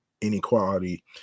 inequality